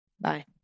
Bye